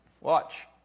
Watch